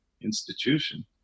institution